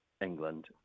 england